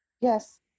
Yes